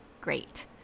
great